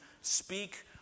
speak